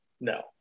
no